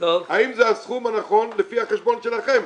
האם זה הסכום הנכון לפי החשבון שלכם?